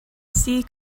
see